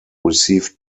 received